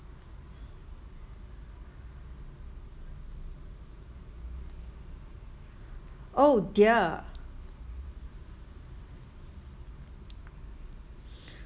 !oh! dear